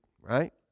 right